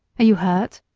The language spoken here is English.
are you hurt?